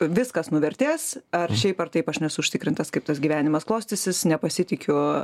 viskas nuvertės ar šiaip ar taip aš nesu užtikrintas kaip tas gyvenimas klostysis nepasitikiu